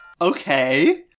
Okay